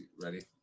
ready